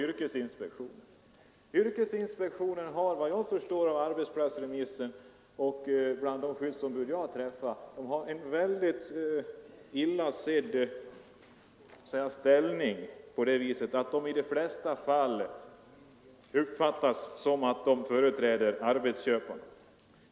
Yrkesinspektionen är — efter vad jag förstår av remisserna och av mina kontakter med skyddsombud — väldigt illa sedd på grund av att den i de flesta fall uppfattas som företrädare för arbetsköparna.